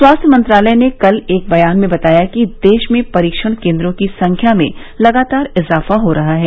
स्वास्थ्य मंत्रालय ने कल एक बयान में बताया कि देश में परीक्षण केन्द्रों की संख्या में लगातार इजाफा हो रहा है